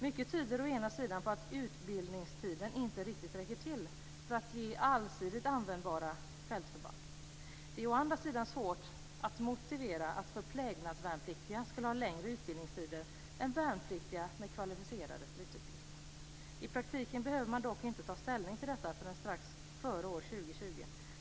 Mycket tyder å ena sida på att utbildningstiden inte riktigt räcker till för att ge allsidigt användbara fältförband. Det är å andra svårt att motivera att förplägnadsvärnpliktiga skulle ha längre utbildningstider än värnpliktiga med kvalificerade stridsuppgifter. I praktiken behöver man dock inte ta ställning till detta förrän strax före år 2020.